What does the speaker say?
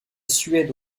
suède